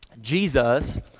Jesus